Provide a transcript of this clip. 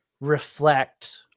reflect